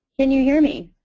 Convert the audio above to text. and you hear me